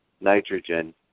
nitrogen